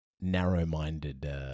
narrow-minded